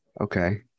okay